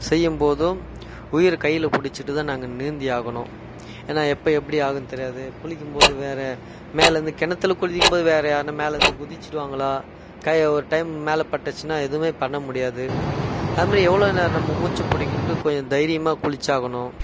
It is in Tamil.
செய்யும்போதும் உயிரை கையில் பிடிச்சிட்டுதான் நாங்கள் நீந்தியாகணும் ஏன்னா எப்போ எப்படி ஆகும்னு தெரியாது குளிக்கும்போது வேற மேலேருந்து கிணத்துல குளிக்கும்போது வேற யாருனால் மேலேயிருந்து குதிச்சிடுவாங்களா கையை ஒரு டைம் மேலே பட்டுச்சின்னால் எதுவுமே பண்ண முடியாது அதுமாதிரி எவ்வளோ நேரம் நம்ம மூச்சப் பிடிக்குன்ட்டு கொஞ்சம் தைரியமாக குளிச்சாகணும்